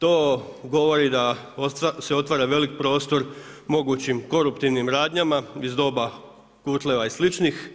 To govori da se otvara veliki prostor mogućim koruptivnim radnjama iz doba kutleva i sličnih,